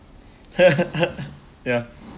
ya